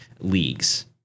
leagues